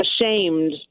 ashamed